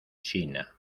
china